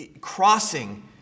crossing